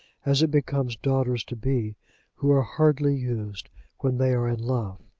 as it becomes daughters to be who are hardly used when they are in love.